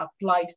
applies